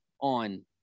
on